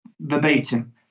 verbatim